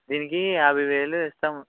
దీనికి యాభై వేలు ఇస్తాము